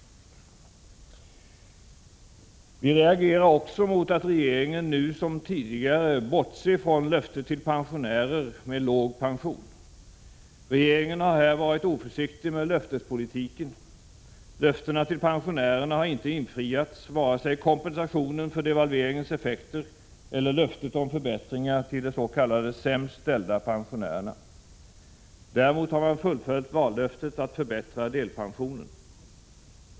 Vi reagerar också mot att regeringen nu som tidigare bortser från löftet till pensionärer med låg pension. Regeringen har här varit oförsiktig med löftespolitiken. Löftena till pensionärerna har inte infriats, varken om kompensationen för devalveringens effekter eller om förbättringar till de s.k. sämst ställda pensionärerna. Däremot har man fullföljt vallöftet att förbättra delpensionen.